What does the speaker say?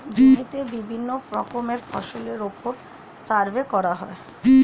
জমিতে বিভিন্ন রকমের ফসলের উপর সার্ভে করা হয়